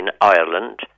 Ireland